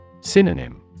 Synonym